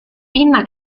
pinna